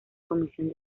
comisión